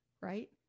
right